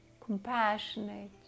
compassionate